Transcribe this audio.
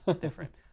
different